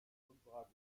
unserer